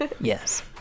Yes